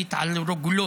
ממלכתית על רוגלות.